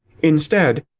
instead,